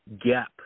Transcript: gap